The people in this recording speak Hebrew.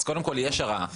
אז קודם כול יש הרעה.